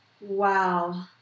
Wow